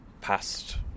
past